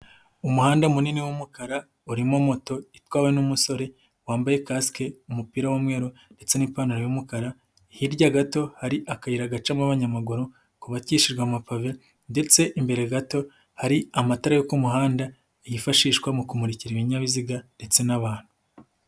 Umuhanda munini w'umukara urimo moto itwawe n'umusore wambaye kasike umupira w'umweru ndetse n'ipantaro y'umukara, hirya gato hari akayira gacamo abanyamaguru kubakishijwe amapave ndetse imbere gato, hari amatara yo ku muhanda yifashishwa mu kumuririka ibinyabiziga ndetse n'abantu.